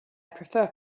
prefer